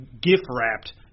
gift-wrapped